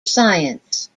science